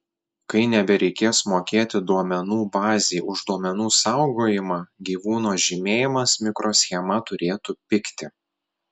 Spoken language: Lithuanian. kai nebereikės mokėti duomenų bazei už duomenų saugojimą gyvūno žymėjimas mikroschema turėtų pigti